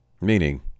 Meaning